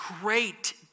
great